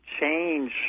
change